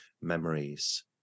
memories